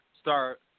start